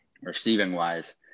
Receiving-wise